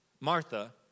Martha